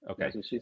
Okay